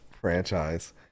franchise